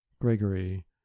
Gregory